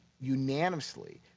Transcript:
unanimously